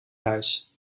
huis